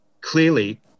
Clearly